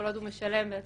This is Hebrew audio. כל עוד הוא משלם מההתחלה,